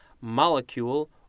molecule